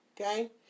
Okay